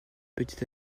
petit